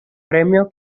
premios